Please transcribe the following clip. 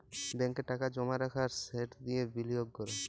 ব্যাংকে টাকা জমা রাখা আর সেট দিঁয়ে বিলিয়গ ক্যরা